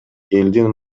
элдин